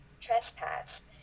trespass